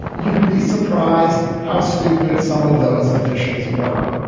you'd be surprised how stupid some of those officials were.